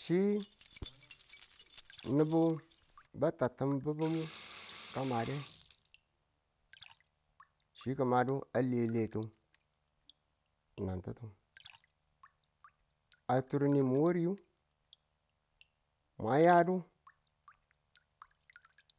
chi nubu ba tattibi̱bu ngu kamade chi ki̱madu a lele ti nang ti̱ttu a tur nimin wariyu mwa yadu